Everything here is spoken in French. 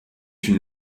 une